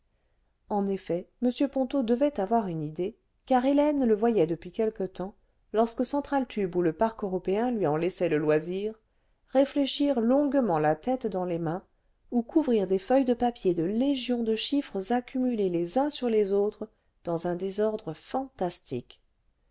en effet m ponto devait avoir une idée car hélène le voyait depuis quelque temps lorsque central tube ou le parc européen lui en laissait le loisir réfléchir longuement la tête dans les mains ou couvrir des feuilles de papier de légions de chiffres accumulés les uns sur les autres dans un désordre fantastique